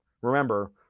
remember